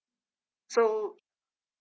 so